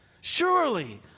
Surely